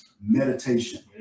Meditation